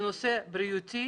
זה נושא בריאותי,